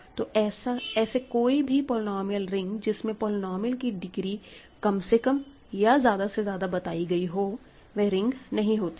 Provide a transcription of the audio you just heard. तो ऐसे कोई भी पोलयिनोमिअल रिंग जिसमें पोलीनोमिअल की डिग्री कम से कम या ज्यादा से ज्यादा बताई गई हो वह रिंग नहीं होती है